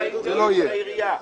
זה לא יהיה.